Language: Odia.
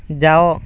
ଯାଅ